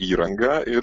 įrangą ir